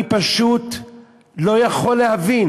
אני פשוט לא יכול להבין